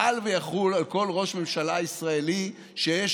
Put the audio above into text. חל ויחול על כל ראש ממשלה ישראלי שיש